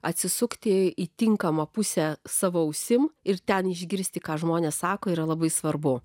atsisukti į tinkamą pusę savo ausim ir ten išgirsti ką žmonės sako yra labai svarbu